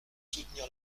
soutenir